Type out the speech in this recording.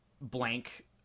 blank